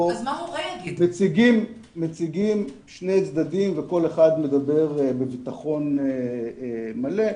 מציגים שני צדדים וכל אחד מדבר בביטחון מלא,